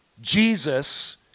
Jesus